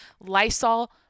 Lysol